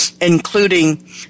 including